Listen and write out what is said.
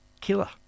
killer